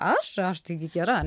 aš aš taigi gera